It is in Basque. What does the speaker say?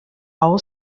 aho